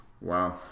Wow